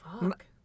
fuck